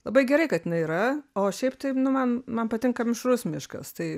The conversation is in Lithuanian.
labai gerai kad jinai yra o šiaip tai nu man man patinka mišrus miškas tai